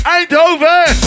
Eindhoven